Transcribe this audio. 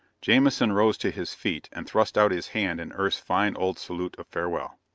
jamison rose to his feet and thrust out his hand in earth's fine old salute of farewell.